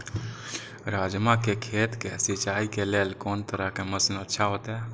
राजमा के खेत के सिंचाई के लेल कोन तरह के मशीन अच्छा होते?